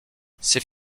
c’est